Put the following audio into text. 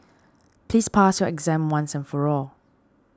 please pass your exam once and for all